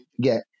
get